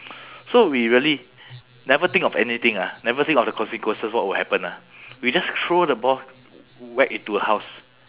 so we really never think of anything ah never think of the consequences what will happen ah we just throw the ball whack into her house